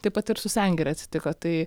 taip pat ir su sengire atsitiko tai